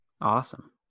Awesome